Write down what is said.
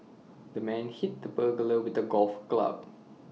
the man hit the burglar with A golf club